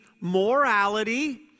morality